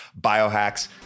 Biohacks